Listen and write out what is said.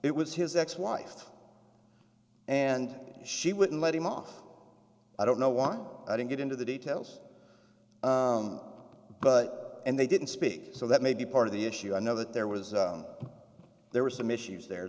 it was his ex wife and she wouldn't let him off i don't know why i didn't get into the details but and they didn't speak so that may be part of the issue i know that there was there were some issues there